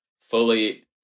fully